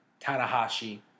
Tanahashi